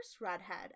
redhead